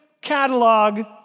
catalog